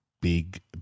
big